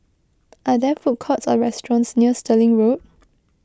are there food courts or restaurants near Stirling Road